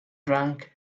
drank